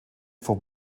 for